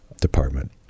department